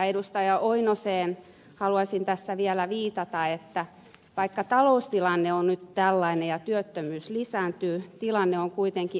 pentti oinoseen haluaisin tässä vielä viitata että vaikka taloustilanne on nyt tällainen ja työttömyys lisääntyy tilanne on kuitenkin ohimenevä